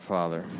Father